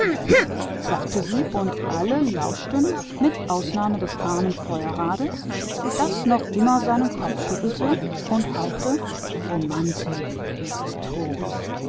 sagte sie und alles horchte mit ausnahme des feuerrades das noch immer den kopf schüttelte und leise dabeiblieb die romantik ist tot